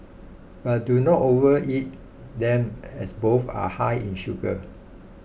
but do not overeat them as both are high in sugar